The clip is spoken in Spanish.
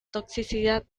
toxicidad